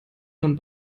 von